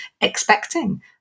expecting